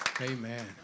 Amen